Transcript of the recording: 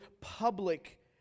public